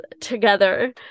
together